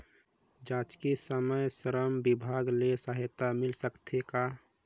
जचकी समय श्रम विभाग ले सहायता मिल सकथे का?